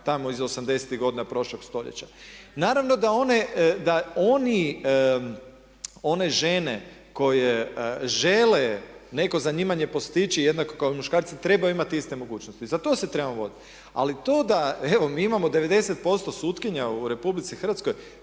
tamo iz '80.-tih godina prošlog stoljeća. Naravno da oni, one žene koje žele neko zanimanje postići jednako kao i muškarci trebaju imati iste mogućnosti. Za to se trebamo boriti. Ali to da evo mi imamo 90% sutkinja u RH, pa iskreno